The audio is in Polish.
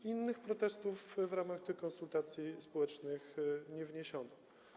Innych protestów w ramach tych konsultacji społecznych nie wniesiono.